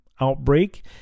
outbreak